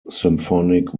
symphonic